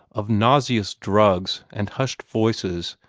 of nauseous drugs and hushed voices,